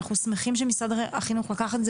אנחנו שמחים שמשרד החינוך לקח את זה